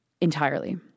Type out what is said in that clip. entirely